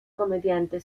comediante